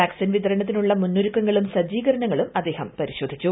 vaccine വിതരണത്തിനുള്ള മുന്നൊരുക്കങ്ങളും സജ്ജീകരണങ്ങളും അദ്ദേഹം പരിശോധിച്ചു